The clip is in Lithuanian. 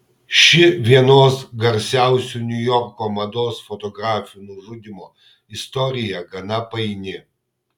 ši vienos garsiausių niujorko mados fotografių nužudymo istorija gana paini